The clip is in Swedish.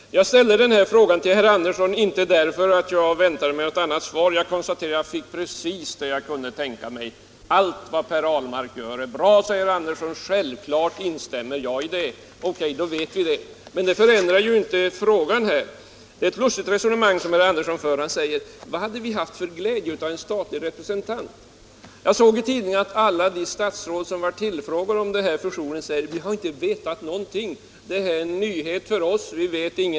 Herr talman! När jag ställde den här frågan till herr Andersson i Örebro väntade jag mig inte något annat svar. Jag konstaterar att jag fick precis det svar jag hade föreställt mig. Allt vad Per Ahlmark gör är bra, säger herr Andersson. Självfallet instämmer jag i hans uttalanden. —- Okej. Då vet vi det. Men det förändrar inte saken. Det är ett lustigt resonemang som herr Andersson för när han säger: Vad hade vi haft för glädje av en statlig representant? Jag såg i tidningen att alla de statsråd som tillfrågades om fusionen svarade: Vi har inte vetat någonting; det här är en nyhet för oss.